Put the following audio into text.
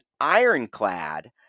ironclad